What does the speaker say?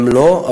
הם לא,